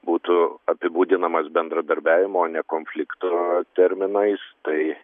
būtų apibūdinamas bendradarbiavimo o ne konflikto terminais tai